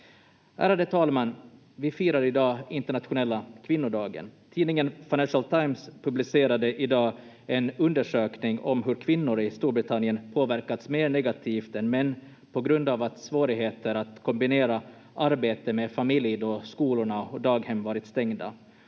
Ärade talman! Vi firar i dag internationella kvinnodagen. Tidningen Financial Times publicerade i dag en undersökning om hur kvinnor i Storbritannien påverkats mer negativt än män på grund av svårigheter att kombinera arbete med familj då skolorna och daghemmen varit stängda.